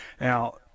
now